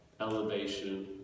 elevation